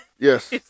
Yes